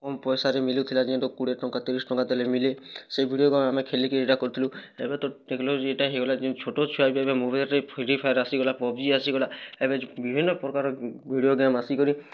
କମ୍ ପଇସାରେ ମିଲୁଥିଲା ଯେମିତି କୁଡ଼ିଏ ଟଙ୍କା ତିରିଶି ଟଙ୍କା ଦେଲେ ମିଳେ ସେଇଭଳି ଏକ ଆମେ ଖେଳିକି ଏଇଟା କରୁଥିଲୁ ଏବେ ତ ଟେକ୍ନୋଲୋଜି ଏଇଟା ହେଇଗଲା ଯେ ଛୋଟ୍ ଛୁଆ ବି ଏବେ ମୋବାଇଲ୍ରେ ଫ୍ରି ଫାୟାର୍ ଆସିଗଲା ପବଜି ଆସିଗଲା ଏବେ ବିଭିନ୍ନ ପ୍ରକାର ଭିଡ଼ିଓ ଗେମ୍ ଆସିକରି